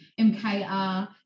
MKR